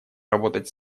работать